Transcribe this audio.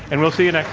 and we'll see you next